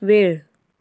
वेळ